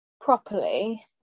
properly